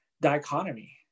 dichotomy